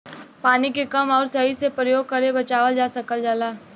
पानी के कम आउर सही से परयोग करके बचावल जा सकल जाला